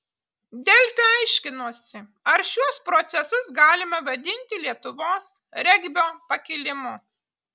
delfi aiškinosi ar šiuos procesus galima vadinti lietuvos regbio pakilimu